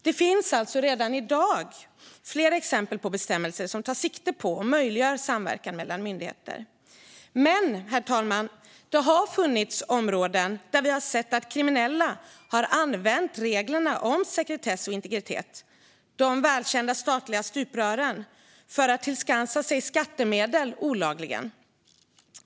Det finns alltså redan i dag flera exempel på bestämmelser som tar sikte på och möjliggör samverkan mellan myndigheter. Men, herr talman, det har funnits områden där vi har sett att kriminella har använt reglerna om sekretess och integritet, alltså de välkända statliga stuprören, för att tillskansa sig skattemedel olagligen.